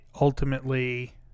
ultimately